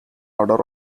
order